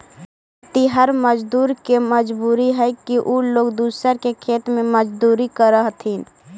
खेतिहर मजदूर के मजबूरी हई कि उ लोग दूसर के खेत में मजदूरी करऽ हथिन